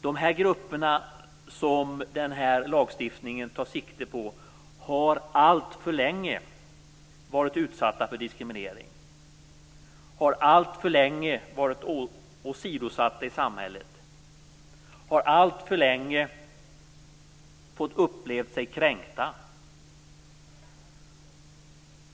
De grupper som denna lagstiftning tar sikte på har alltför länge varit utsatta för diskriminering, har alltför länge varit åsidosatta i samhället och har alltför länge upplevt sig kränkta.